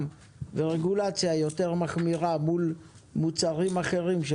ורגולציה יותר מחמירה מול מוצרים אחרים.